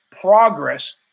progress